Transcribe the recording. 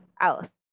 else